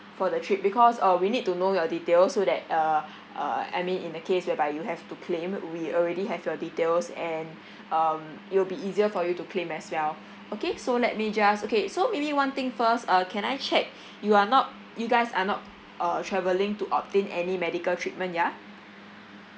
for the trip because uh we need to know your details so that uh uh I mean in the case whereby you have to claim we already have your details and um it will be easier for you to claim as well okay so let me just okay so maybe one thing first uh can I check you are not you guys are not uh travelling to obtain any medical treatment ya